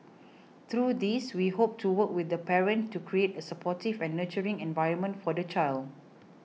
through these we hope to work with the parent to create a supportive and nurturing environment for the child